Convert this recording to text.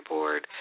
Board